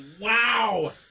Wow